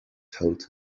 told